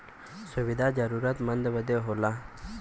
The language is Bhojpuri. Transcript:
सुविधा जरूरतमन्द बदे होला